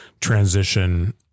transition